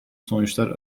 sonuçlar